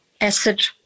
acid